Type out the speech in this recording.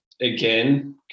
again